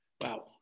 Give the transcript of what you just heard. Wow